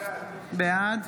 בעד